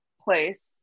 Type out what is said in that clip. place